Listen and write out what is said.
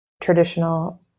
traditional